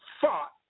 fought